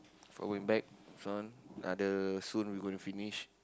before going back this one uh the soon we going to finish